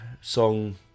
song